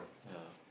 ya